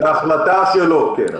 זה החלטה שלו, כן.